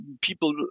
people